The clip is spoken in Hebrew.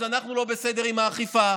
אז אנחנו לא בסדר עם האכיפה,